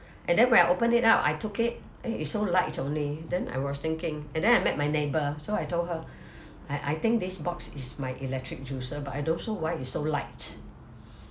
and then when I opened it up I took it eh it so light only then I was thinking and then I met my neighbour so I told her I I think this box is my electric juicer but I don't know why it so light